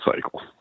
cycle